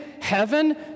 heaven